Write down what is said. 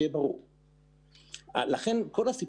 שמעתם